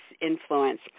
influence